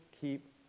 keep